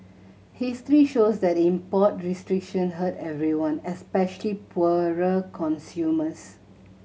history shows that import restriction hurt everyone especially poorer consumers